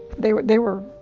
they were, they were,